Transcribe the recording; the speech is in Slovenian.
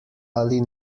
ali